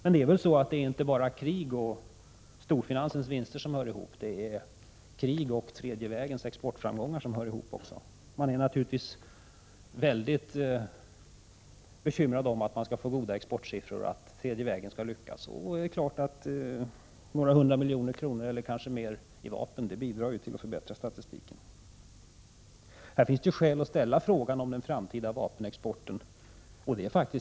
Inte nog med att krig och storfinansens vinster hör ihop, krig och den tredje vägens exportframgångar hör tydligen också ihop. Regeringen är naturligtvis angelägen om goda exportsiffror och om att den tredje vägens politik skall lyckas, och några hundra miljoner eller mer bidrar ju till att förbättra statistiken. Det finns skäl att här ställa frågan om den framtida vapenexporten.